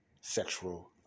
sexual